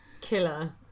killer